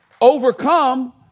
overcome